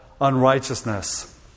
unrighteousness